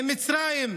עם מצרים,